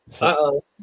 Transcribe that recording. Uh-oh